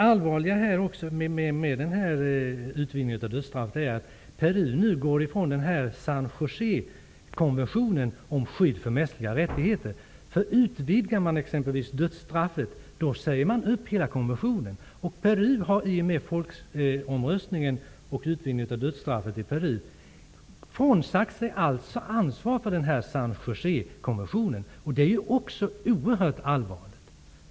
Något som också är allvarligt med utvidgningen av dödsstraffet är att Peru går ifrån San Josékonventionen om mänskliga rättigheter. Om man utvidgar dödsstraffet säger man upp hela konventionen. Peru har i och med folkomröstningen och utvidgningen av dödsstraffet frånsagt sig allt ansvar som man har i San Josékonventionen. Detta är också oerhört allvarligt.